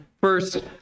first